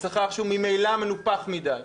לשכר שהוא ממילא מנופח מדיי.